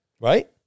Right